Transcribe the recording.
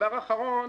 הדבר האחרון